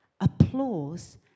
applause